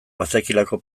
bazekielako